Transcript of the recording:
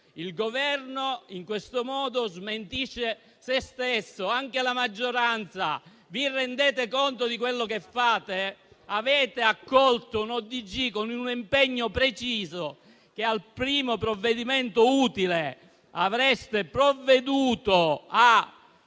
il Governo in questo modo smentisce se stesso e anche la maggioranza. Vi rendete conto di quello che fate? Avete accolto un ordine del giorno con il preciso impegno che al primo provvedimento utile avreste provveduto a